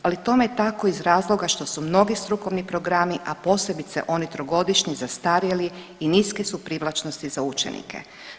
Ali tome je tako iz razloga što su mnogi strukovni programi, a posebice oni trogodišnji zastarjeli i niske su privlačnosti za učenike.